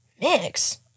Mix